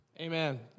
Amen